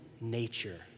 nature